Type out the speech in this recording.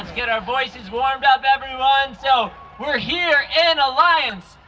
get our voices warmed up everyone! so we're here in alliance,